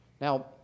Now